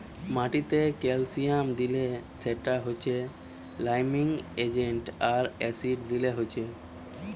মাটিতে ক্যালসিয়াম দিলে সেটা হচ্ছে লাইমিং এজেন্ট আর অ্যাসিড দিলে হচ্ছে